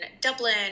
Dublin